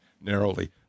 narrowly